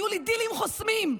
היו לי דילים חוסמים.